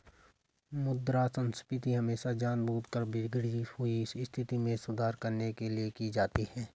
मुद्रा संस्फीति हमेशा जानबूझकर बिगड़ी हुई स्थिति में सुधार करने के लिए की जाती है